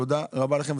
תודה רבה לכם,